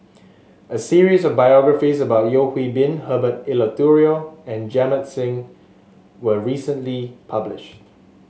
a series of biographies about Yeo Hwee Bin Herbert Eleuterio and Jamit Singh were recently published